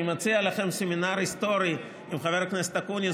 אני מציע לך סמינר היסטורי עם חבר הכנסת אקוניס,